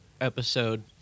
episode